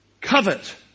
covet